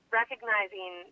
recognizing